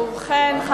ובכן,